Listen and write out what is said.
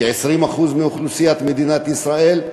כ-20% מאוכלוסיית מדינת ישראל,